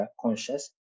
conscious